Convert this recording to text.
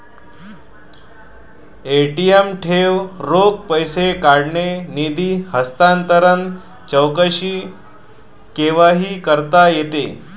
ATM ठेव, रोख पैसे काढणे, निधी हस्तांतरण, चौकशी केव्हाही करता येते